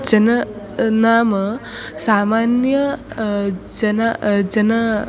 जनः नाम सामान्यः जनः जनः